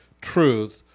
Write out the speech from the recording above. truth